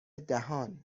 دهان